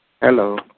Hello